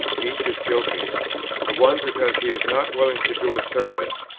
each is guilty the one because he is not willing to do a service,